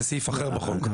זה סעיף אחר בחוק.